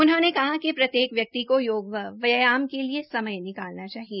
उन्होंने कहा कि प्रत्येक व्यक्ति को योग व व्यायामक े लिए समय निकालना चाहिए